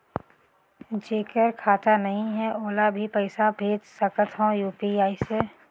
जेकर खाता नहीं है ओला भी पइसा भेज सकत हो यू.पी.आई से?